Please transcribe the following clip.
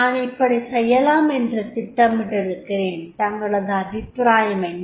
நான் இப்படி செய்யலாம் என்று திட்டமிட்டிருக்கிறேன் தங்களது அபிப்ராயம் என்ன